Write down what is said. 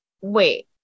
wait